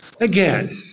Again